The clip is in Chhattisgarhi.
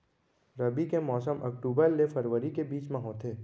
रबी के मौसम अक्टूबर ले फरवरी के बीच मा होथे